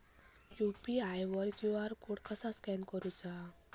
UPI वर QR code कसा scan करूचा?